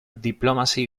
diplomacy